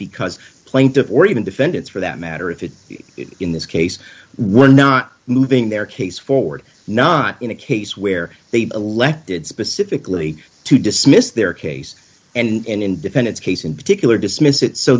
because plaintiffs or even defendants for that matter if it in this case were not moving their case forward not in a case where they elected specifically to dismiss their case and independence case in particular dismiss it so